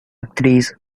actriz